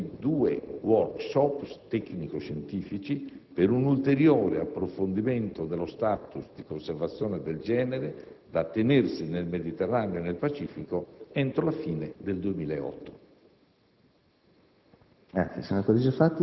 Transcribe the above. che prevede l'organizzazione di due *workshop* tecnico-scientifici per un ulteriore approfondimento dello *status* di conservazione del genere da tenersi nel Mediterraneo e nel Pacifico entro la fine del 2008.